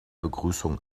begrüßung